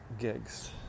gigs